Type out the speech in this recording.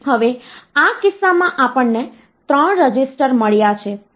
હવે આ કિસ્સામાં આપણને 3 રજિસ્ટર મળ્યા છે